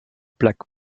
plaques